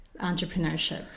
entrepreneurship